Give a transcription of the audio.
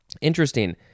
Interesting